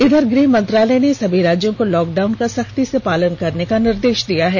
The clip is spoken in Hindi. इधर गृह मंत्रालय ने सभी राज्यों को लॉकडाउन का सख्ती से पालन करने का निर्देष दिया है